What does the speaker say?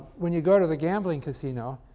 when you go to the gambling casino,